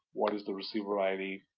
what is the receiver id?